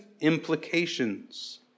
implications